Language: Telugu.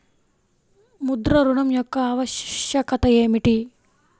ముద్ర ఋణం యొక్క ఆవశ్యకత ఏమిటీ?